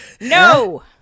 No